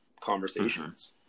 conversations